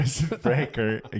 Breaker